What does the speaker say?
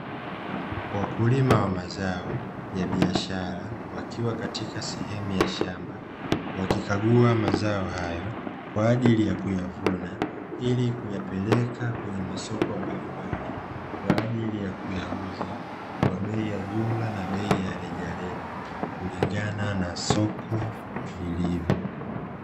Wakulima wa mazao ya biashara, wakiwa katika sehemu ya shamba wakikaguwa mazao hayo kwa ajili ya kuyavuna, ili kuyapeleka kwenye masoko mbalimbali kwa ajili ya kuyauza, kwa bei ya jumla na bei ye rejareja kulingana na soko lilivyo.